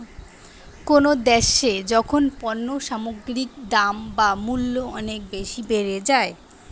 কোনো দ্যাশে যখন পণ্য সামগ্রীর দাম বা মূল্য অনেক বেশি বেড়ে যায়